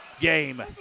game